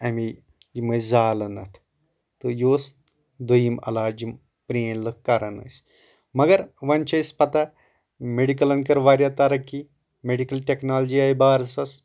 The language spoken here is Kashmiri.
امی یِم ٲسۍ زالان اتھ تہٕ یہِ اوس دوٚیِم علاج یِم پرٛٲنۍ لُکھ کران ٲسۍ مگر وۄنۍ چھِ اسہِ پتہ میڈکلن کٔر واریاہ ترقی میڈکل ٹٮ۪کنالجی آیہِ بارسس